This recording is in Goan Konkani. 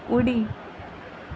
उडी